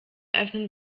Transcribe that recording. öffnen